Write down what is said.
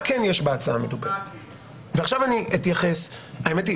האמת היא,